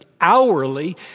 hourly